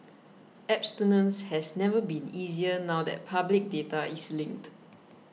abstinence has never been easier now that public data is linked